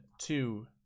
two